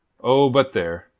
oh, but there!